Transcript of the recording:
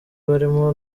barimo